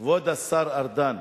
כבוד השר ארדן,